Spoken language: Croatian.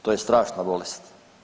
To je strašna bolest.